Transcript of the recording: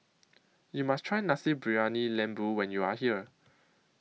YOU must Try Nasi Briyani Lembu when YOU Are here